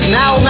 now